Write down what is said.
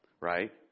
right